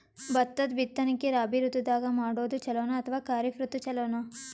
ಭತ್ತದ ಬಿತ್ತನಕಿ ರಾಬಿ ಋತು ದಾಗ ಮಾಡೋದು ಚಲೋನ ಅಥವಾ ಖರೀಫ್ ಋತು ಚಲೋನ?